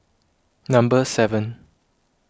number seven